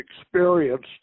experienced